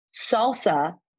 salsa